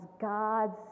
God's